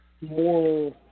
more